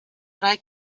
drei